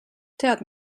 tead